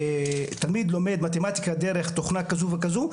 תלמיד לומד מתמטיקה דרך תוכנה כזו וכזו,